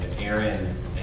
Aaron